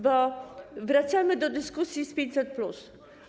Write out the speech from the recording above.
Bo wracamy do dyskusji o 500+.